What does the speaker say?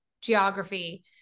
geography